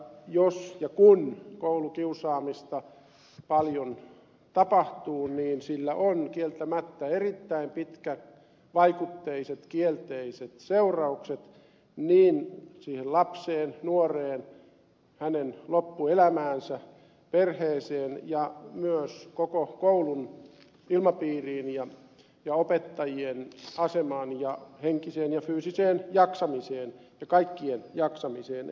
jos ja kun koulukiusaamista paljon tapahtuu sillä on kieltämättä erittäin pitkävaikutteiset kielteiset seuraukset niin siihen lapseen nuoreen hänen loppuelämäänsä perheeseen kuin myös koko koulun ilmapiiriin ja opettajien asemaan ja henkiseen ja fyysiseen jaksamiseen ja kaikkien jaksamiseen